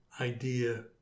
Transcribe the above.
idea